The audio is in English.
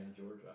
Georgia